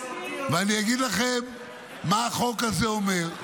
ואני אגיד לכם מה החוק הזה אומר.